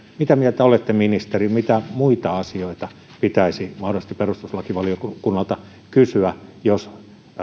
mitä mieltä olette ministeri mitä muita asioita pitäisi mahdollisesti perustuslakivaliokunnalta kysyä jos